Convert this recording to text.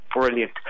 brilliant